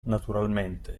naturalmente